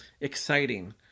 exciting